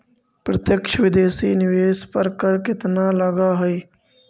प्रत्यक्ष विदेशी निवेश पर कर केतना लगऽ हइ?